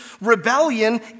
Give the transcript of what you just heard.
Rebellion